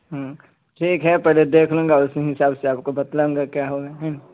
ہوں ٹھیک ہے پہلے دیکھ لوں گا اسی حساب سے آپ کو بتلاؤں گا کیا ہوگا ہوں